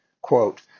quote